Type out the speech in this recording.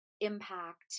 impact